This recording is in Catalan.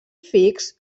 fix